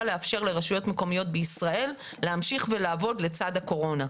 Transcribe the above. לאפשר לרשויות מקומיות בישראל להמשיך ולעבוד לצד הקורונה,